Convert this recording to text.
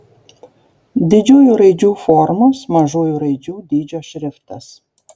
didžiųjų raidžių formos mažųjų raidžių dydžio šriftas